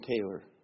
Taylor